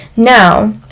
Now